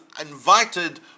invited